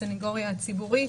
הסנגוריה הציבורית,